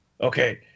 Okay